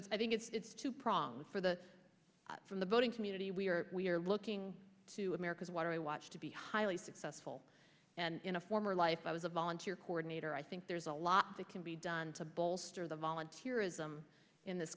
i think it's two pronged for the from the voting community we are we are looking to america's waterway watch to be highly successful and in a former life i was a volunteer coordinator i think there's a lot that can be done to bolster the volunteerism in this